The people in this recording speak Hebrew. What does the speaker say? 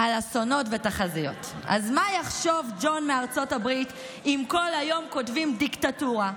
אז מה יחשוב ג'ון מארצות הברית אם כל היום כותבים "דיקטטורה"?